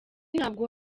ntabwo